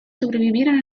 sobrevivieron